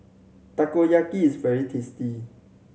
takoyaki is very tasty